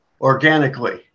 organically